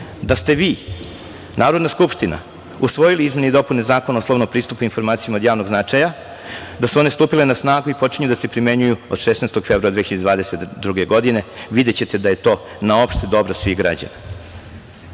da ste vi, Narodna skupština, usvojili izmene i dopune Zakona o slobodnom pristupu informacijama od javnog značaja, da su one stupile na snagu i počinju da se primenjuju od 16. februara 2022. godine. Videćete da je to na opšte dobro svih građana. Uspeli